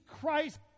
Christ